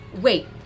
Wait